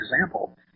example